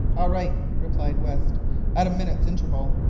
all right, replied west at a minute's interval.